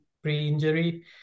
pre-injury